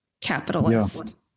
capitalist